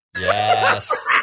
Yes